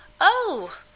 Oh